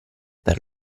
per